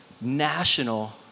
national